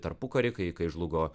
tarpukary kai kai žlugo